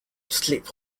slipped